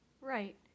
Right